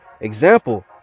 Example